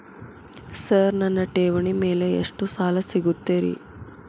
Sir ನನ್ನ ಠೇವಣಿ ಮೇಲೆ ಎಷ್ಟು ಸಾಲ ಸಿಗುತ್ತೆ ರೇ?